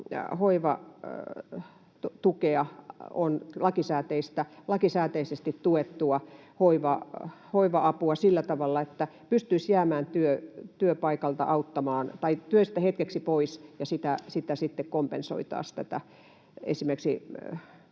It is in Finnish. tällaista lakisääteisesti tuettua hoiva-apua ajanut sillä tavalla, että pystyisi jäämään työstä hetkeksi pois ja sitä sitten kompensoitaisiin esimerkiksi